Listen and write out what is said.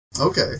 Okay